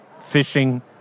fishing